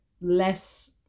less